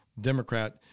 Democrat